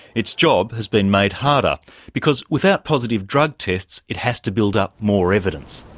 its job has been made harder because without positive drug tests it has to build up more evidence.